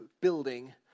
building